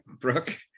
Brooke